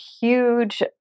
huge